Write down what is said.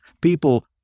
people